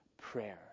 prayer